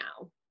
now